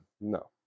No